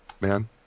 man